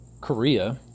Korea